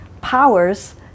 powers